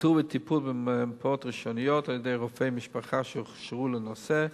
איתור וטיפול במרפאות ראשוניות על-ידי רופאי משפחה שהוכשרו לנושא,